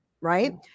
right